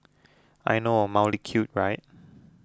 I know mildly cute right